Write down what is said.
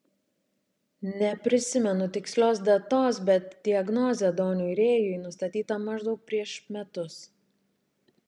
neprisimenu tikslios datos bet diagnozė doniui rėjui nustatyta maždaug prieš metus